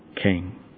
king